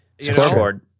Scoreboard